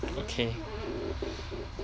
okay